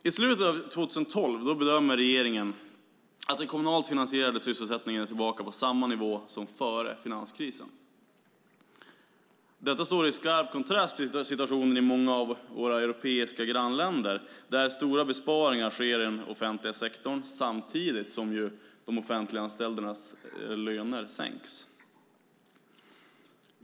I slutet av 2012 bedömer regeringen att den kommunalt finansierade sysselsättningen är tillbaka på samma nivå som före finanskrisen. Detta står i skarp kontrast till situationen i många av våra europeiska grannländer, där stora besparingar sker i den offentliga sektorn samtidigt som de offentliganställdas löner sänks.